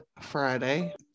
Friday